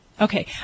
Okay